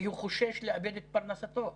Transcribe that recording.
כי הוא חושש לאבד את פרנסתו,